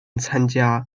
参加